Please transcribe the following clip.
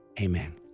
Amen